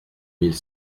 mille